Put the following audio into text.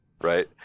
right